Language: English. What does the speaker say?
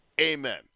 amen